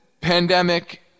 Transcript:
pandemic